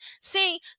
See